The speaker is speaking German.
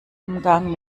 umgang